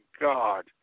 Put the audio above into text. God